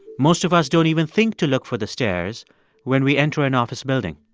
most of us don't even think to look for the stairs when we enter an office building.